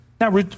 Now